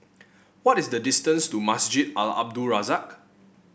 what is the distance to Masjid Al Abdul Razak